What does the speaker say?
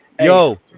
Yo